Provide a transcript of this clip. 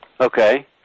Okay